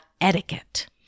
etiquette